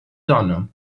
sonne